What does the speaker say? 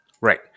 Right